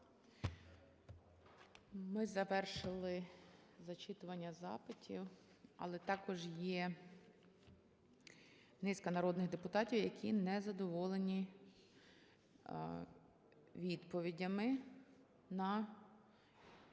Ми завершили зачитування запитів, але також є низка народних депутатів, які незадоволені відповідями на запити,